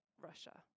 Russia